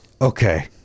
Okay